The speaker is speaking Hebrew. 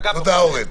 אגב,